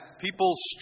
People's